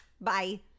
Bye